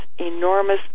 enormous